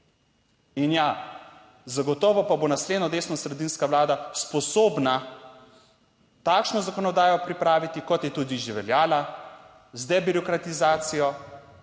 In ja, zagotovo pa bo naslednja desnosredinska vlada sposobna takšno zakonodajo pripraviti, kot je tudi že veljala z debirokratizacijo.